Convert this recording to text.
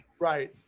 Right